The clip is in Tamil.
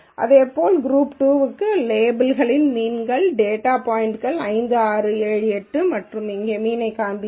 இதேபோல் குரூப் 2 க்கு லேபிள்களின் மீன் டேட்டா பாய்ன்ட்கள் 5 6 7 8 மற்றும் இங்கே மீன்யைக் காண்பீர்கள்